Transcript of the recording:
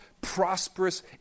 prosperous